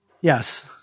Yes